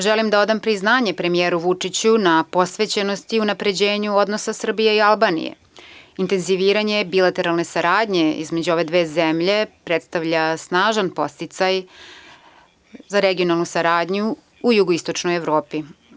Želim da odam priznanje premijeru Vučiću na posvećenosti i unapređenju odnosa Srbije i Albanije, intenziviranje bilateralne saradnje između ove dve zemlje predstavlja snažan podsticaj za regionalnu saradnju u jugoističnoj Evropi.